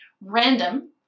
random